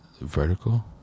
vertical